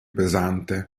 pesante